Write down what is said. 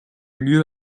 lieu